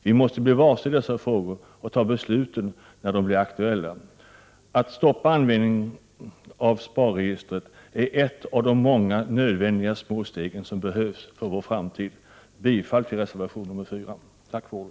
Vi måste bli varse dessa frågor och ta besluten när de blir aktuella. Att stoppa användningen av SPAR-registret är ett av de många nödvändiga små stegen för vår framtid. Bifall till reservation 4! Tack för ordet.